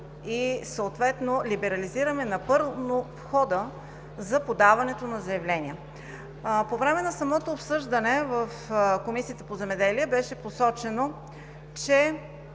и съответно напълно либерализираме хода за подаването на заявленията. По време на самото обсъждане в Комисията по земеделие беше посочено, че